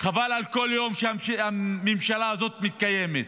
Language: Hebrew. חבל על כל יום שהממשלה הזאת מתקיימת.